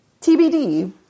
TBD